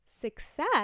success